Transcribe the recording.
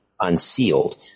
unsealed